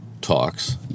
talks